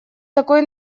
такой